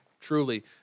Truly